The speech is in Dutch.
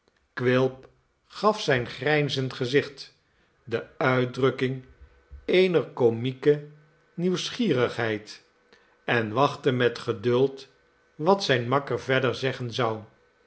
quilp gaf zijn grijnzend gezicht de uitdrukking eener komieke nieuwsgierigheid en wachtte met geduld wat zijn makker verder zeggen zou